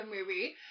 movie